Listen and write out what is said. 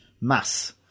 mass